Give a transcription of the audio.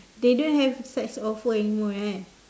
they don't have such offer anymore eh